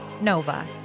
nova